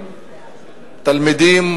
תלמידים,